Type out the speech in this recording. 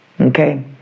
Okay